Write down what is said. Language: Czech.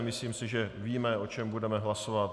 Myslím si, že víme, o čem budeme hlasovat.